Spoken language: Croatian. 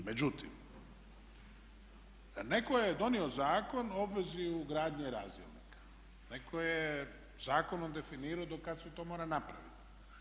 Međutim, netko je donio Zakon o obvezi ugradnje razdjelnika, netko je zakonom definirao do kad se to mora napraviti.